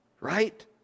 Right